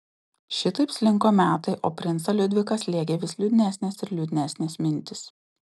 šitaip slinko metai o princą liudviką slėgė vis liūdnesnės ir liūdnesnės mintys